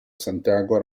santiago